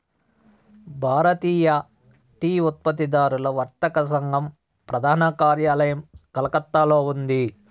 భారతీయ tea ఉత్పత్తిదారుల వర్తక సంఘం ప్రధాన కార్యాలయం కలకత్తాలో ఉంది